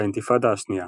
האינתיפאדה השנייה